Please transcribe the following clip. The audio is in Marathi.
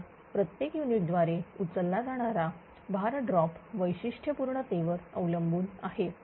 तर प्रत्येक युनिट द्वारे उचलला जाणारा भार ड्रॉप वैशिष्ट्यपूर्ण तेवर अवलंबून आहे